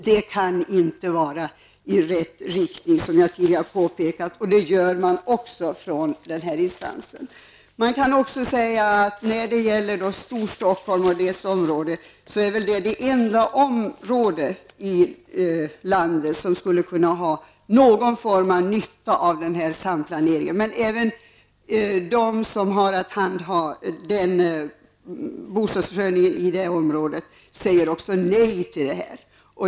Det kan inte vara en åtgärd i rätt riktning, som jag tidigare påpekat. Det påpekar man också från den här instansen. Storstockholmsområdet är väl det enda området i landet som skulle kunna ha någon form av nytta av denna samplanering. Även de som har att handha bostadsförsörjningen i det området säger nej till detta.